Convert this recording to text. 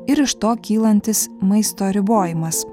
ir iš to kylantis maisto ribojimas